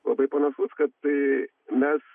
labai panašus kad tai mes